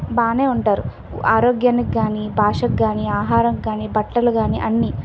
బాగా ఉంటారు ఆరోగ్యానికి కానీ భాషకి కానీ ఆహారం కానీ బట్టలు కానీ అన్నీ